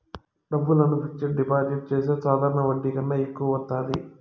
డబ్బులను fixed deposit చేస్తే సాధారణ వడ్డీ కన్నా ఎక్కువ వత్తాది